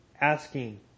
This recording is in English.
asking